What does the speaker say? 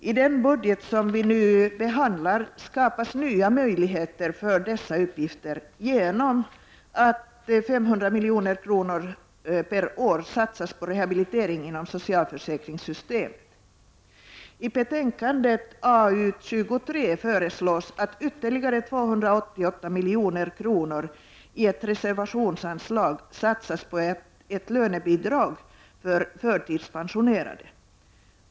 I den budget som vi nu behandlar skapas nya möjligheter för dessa uppgifter genom att 500 milj.kr. per år satsas på rehabilitering inom socialförsäkringssystemet. I betänkandet AU23 föreslås att ytterligare 288 milj.kr. i ett reservationsanslag satsas på ett lönebidrag för förtidspensionerade.